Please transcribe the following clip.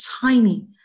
tiny